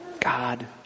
God